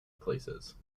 places